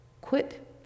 quit